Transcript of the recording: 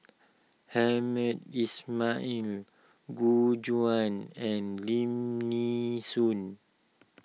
Hamed Ismail Gu Juan and Lim Nee Soon